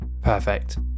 Perfect